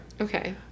Okay